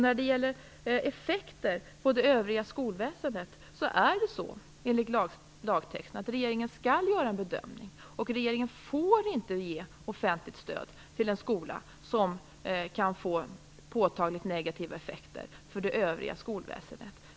När det gäller effekter på det övriga skolväsendet skall regeringen enligt lagtexten göra en bedömning och regeringen får inte ge offentligt stöd till en skola som kan ge påtagligt negativa effekter för det övriga skolväsendet.